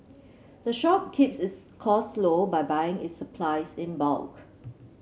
the shop keeps its costs low by buying its supplies in bulk